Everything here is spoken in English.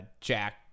Jack